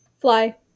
fly